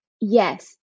Yes